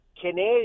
Canadian